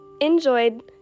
enjoyed